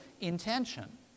intention